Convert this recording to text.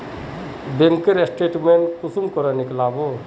Bank के statement कुंसम नीकलावो?